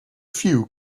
few